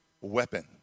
weapon